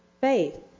Faith